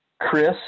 chris